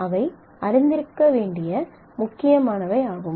அவை அறிந்திருக்க வேண்டிய முக்கியமானவை ஆகும்